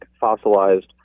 fossilized